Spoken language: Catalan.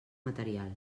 material